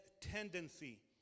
tendency